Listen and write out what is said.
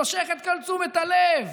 מושך את כל תשומת הלב,